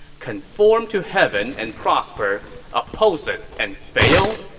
conform to heaven and prosper oppose it and fall?